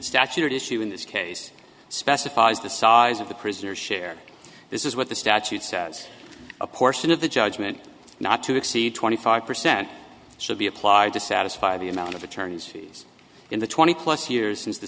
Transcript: statute issue in this case specifies the size of the prisoner share this is what the statute says a portion of the judgment not to exceed twenty five percent should be applied to satisfy the amount of attorney's fees in the twenty plus years since the